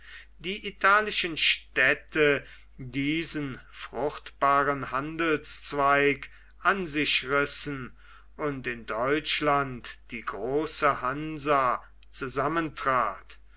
die italienischen städte diesen fruchtbaren handelszweig an sich rissen und in deutschland die große hansa zusammentrat